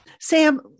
Sam